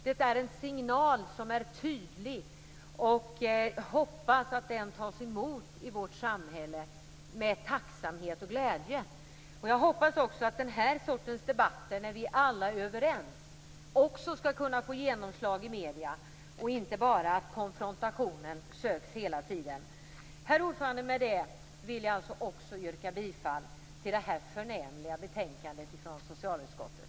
Det är en signal som är tydlig, och jag hoppas att den tas emot med tacksamhet och glädje i vårt samhälle. Jag hoppas också att den här sortens debatter, när vi alla är överens, också skall kunna få genomslag i medierna och att inte bara konfrontationen hela tiden skall sökas. Herr talman! Med det anförda vill jag också yrka bifall till hemställan i detta förnämliga betänkande från socialutskottet.